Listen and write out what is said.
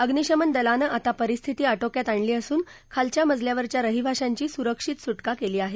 अग्निशमन दलानं आता परिस्थिती आटोक्यात आणली असून खालच्या मजल्यावरच्या रहिवाशांची सुरक्षित सुटका केली आहे